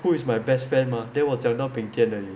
who is my best friend mah then 我讲到 bing tian 而已